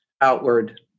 outward